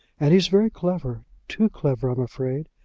and he's very clever too clever, i'm afraid.